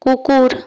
কুকুর